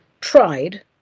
tried